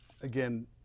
again